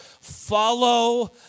follow